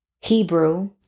Hebrew